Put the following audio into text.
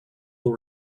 will